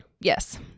Yes